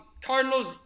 Cardinals—